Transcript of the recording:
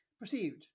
Perceived